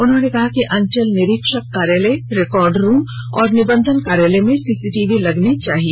उन्होंने कहा कि अंचल निरीक्षक कार्यालय रिकॉर्ड रूम और निबंधन कार्यालय में लगने चाहिए